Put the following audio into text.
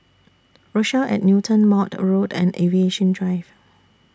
Rochelle At Newton Maude Road and Aviation Drive